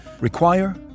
require